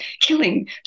killing